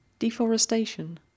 Deforestation